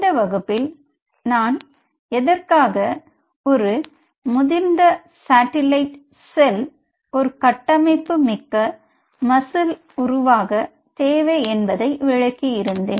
இந்த வகுப்பில் நான் எதற்காக ஒரு முதிர்ந்த சாட்டிலைட் செல்ஒரு கட்டமைப்பு மிக்க மசில் உருவாக்க தேவை என்பதை விளக்கி இருந்தேன்